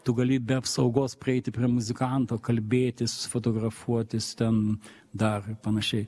tu gali be apsaugos prieiti prie muzikanto kalbėtis fotografuotis ten dar panašiai